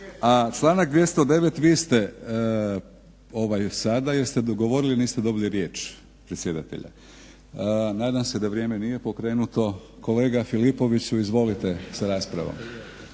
a članak 209.vi ste ovaj sada jer ste govorili niste dobili riječ predsjedatelja. Nadam se da vrijeme nije pokrenuto. Kolega Filipoviću izvolite sa raspravom.